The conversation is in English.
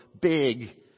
big